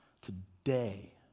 Today